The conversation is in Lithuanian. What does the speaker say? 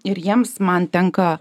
ir jiems man tenka